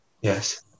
Yes